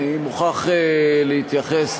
אני מוכרח להתייחס,